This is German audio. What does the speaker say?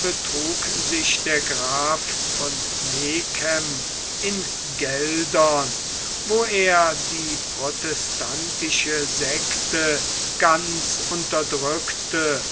betrug sich der graf von megen in geldern wo er die protestantische sekte ganz unterdrückte